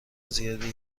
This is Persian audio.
زیادی